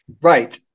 right